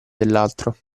dell’altro